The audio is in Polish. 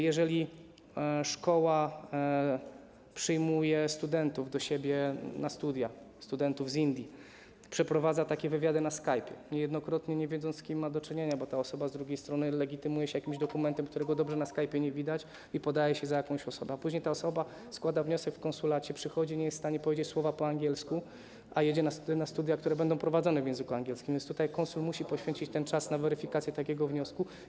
Jeżeli szkoła przyjmuje do siebie na studia studentów z Indii, przeprowadza wywiady na Skypie, niejednokrotnie nie wiedząc, z kim ma do czynienia, bo ta osoba z drugiej strony legitymuje się jakimś dokumentem, którego dobrze na Skypie nie widać, i podaje się za jakąś osobę, a później ta osoba składa wniosek w konsulacie, przychodzi i nie jest w stanie powiedzieć słowa po angielsku, a jedzie na studia, które będą prowadzone w języku angielskim, to konsul musi poświęcić czas na weryfikację wniosku.